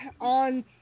on